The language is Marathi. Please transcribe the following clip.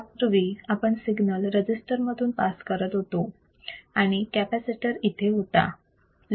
यापूर्वी आपण सिग्नल रजिस्टर मधून पास करत होतो आणि कॅपॅसिटर इथे होता